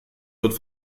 wird